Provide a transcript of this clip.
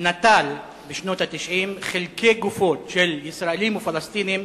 כי המכון נטל בשנות ה-90 חלקי גופות של ישראלים ופלסטינים,